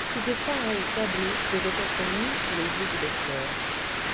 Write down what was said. si de pareils tableaux devaient être mis sous les yeux du lecteur